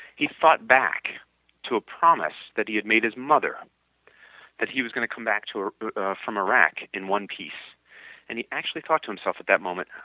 he fought back to a promise that he had made his mother that he was going to come back to her from iraq in one piece and he actually thought to himself at that moment,